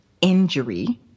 injury